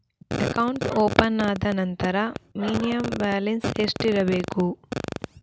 Account open ಆದ ನಂತರ minimum balance ಎಷ್ಟಿರಬೇಕು?